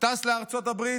טס לארצות הברית,